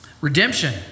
redemption